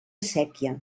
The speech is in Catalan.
séquia